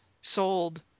sold